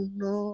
no